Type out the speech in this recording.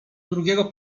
drugiego